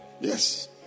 Yes